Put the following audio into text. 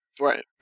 right